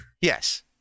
yes